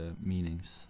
meanings